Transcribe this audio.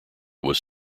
was